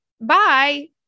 bye